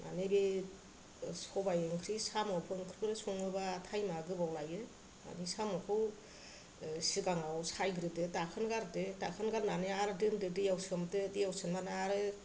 माने बे सबाइ ओंख्रि साम' ओंख्रिफोर सङोब्ला टाइमा गोबाव लायो माने साम'खौ सिगांआव सायग्रोदो दाखोन गारदो दाखोन गारनानै आरो दोनदो दैयाव सोमदो दैयाव सोमनानै आरो